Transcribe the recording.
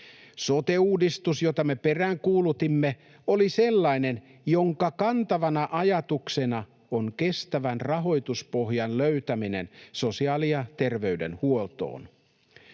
Sote-uudistus, jota me peräänkuulutimme, oli sellainen, jonka kantavana ajatuksena on kestävän rahoituspohjan löytäminen sosiaali- ja terveydenhuoltoon.